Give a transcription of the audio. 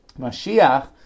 Mashiach